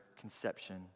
conception